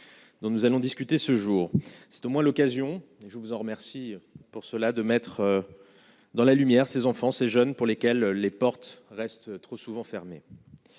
Donc, nous allons discuter ce jour, c'est au moins l'occasion je vous en remercie pour cela de mettre dans la lumière, ces enfants, ces jeunes pour lesquels les portes restent trop souvent fermé.